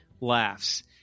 laughs